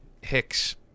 Hicks